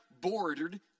bordered